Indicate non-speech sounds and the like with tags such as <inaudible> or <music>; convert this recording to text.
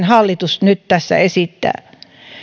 <unintelligible> hallitus nyt tässä esittää